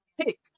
pick